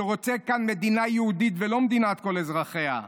שרוצה כאן מדינה יהודית ולא מדינת כל אזרחיה,